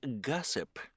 gossip